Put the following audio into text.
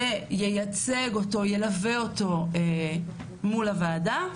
שייצג אותו, ילווה אותו מול הוועדה.